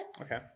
Okay